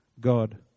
God